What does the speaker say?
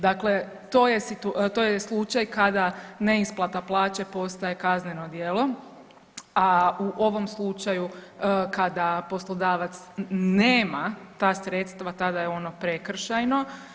Dakle, to je slučaj kada neisplata plaće postaje kazneno djelo, a u ovom slučaju kada poslodavac nema ta sredstva tada je ono prekršajno.